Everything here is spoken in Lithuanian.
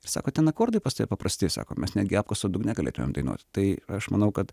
sako ten akordai pas tave paprasti sako mes netgi apkaso dugne galėtumėm dainuot tai aš manau kad